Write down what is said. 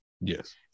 Yes